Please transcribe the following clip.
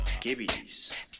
Gibby's